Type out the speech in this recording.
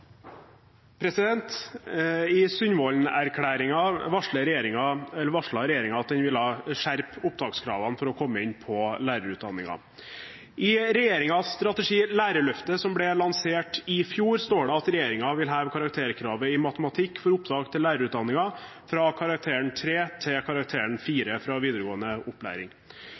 saken. I Sundvolden-erklæringa varslet regjeringa at den vil skjerpe opptakskravene for å komme inn på lærerutdanninga, i både norsk, matematikk og engelsk. Og i Lærerløftet, som ble lansert høsten 2014, står det at regjeringa vil heve karakterkravet i matematikk fra 3 til 4 fra